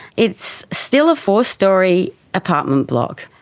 it's still a four-storey apartment block.